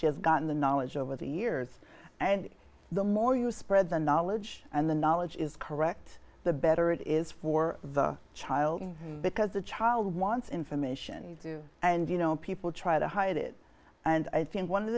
she has gotten the knowledge over the years and the more you spread the knowledge and the knowledge is correct the better it is for the child because the child wants information and you know people try to hide it and i think one of